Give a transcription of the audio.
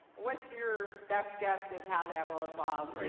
what's your best guess of how that will evolve? right,